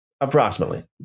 approximately